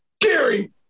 Gary